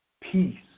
peace